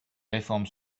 réformes